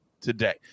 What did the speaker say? today